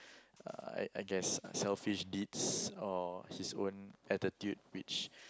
uh I I guess selfish deeds or his own attitude which